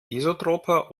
isotroper